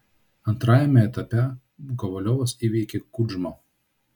antrajame etape kovaliovas įveikė kudžmą